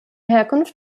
herkunft